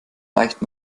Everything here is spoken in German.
leicht